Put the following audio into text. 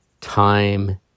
Time